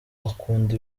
akunda